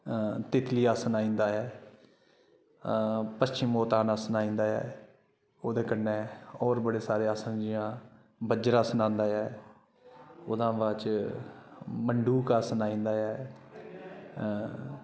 तितली आसन आइंदा ऐ पच्छिमोत्तान आसन आइंदा ऐ ओह्दे कन्नै होर बडे़ सारे आसन जि'यां वज्रासन आंदा ऐ ओह्दे हां बाद च मन्डूक आसन आइंदा ऐ